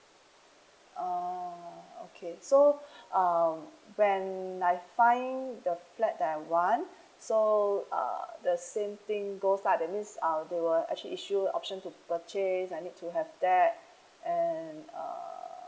uh okay so um when like find the flat that I want so uh the same thing both uh that means uh they will actually issue option to purchase I need to have that and uh